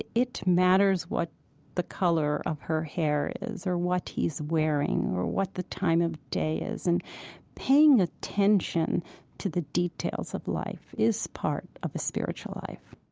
it it matters what the color of her hair is or what he's wearing or what the time of day is. and paying attention to the details of life is part of a spiritual life